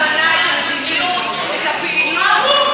את ההבנה, את המדיניות, את הפעילות.